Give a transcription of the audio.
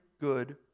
good